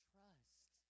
Trust